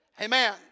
Amen